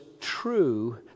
true